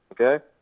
okay